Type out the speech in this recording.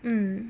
mm